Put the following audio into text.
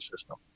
system